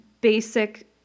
basic